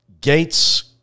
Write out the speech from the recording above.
Gates